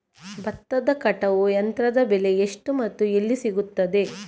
ಭತ್ತದ ಕಟಾವು ಯಂತ್ರದ ಬೆಲೆ ಎಷ್ಟು ಮತ್ತು ಎಲ್ಲಿ ಸಿಗುತ್ತದೆ?